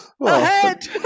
ahead